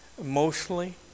emotionally